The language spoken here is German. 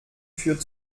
führt